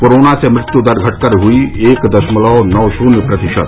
corona से मृत्यू दर घटकर हुई एक दशमलव नौ शून्य प्रतिशत